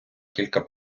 кілька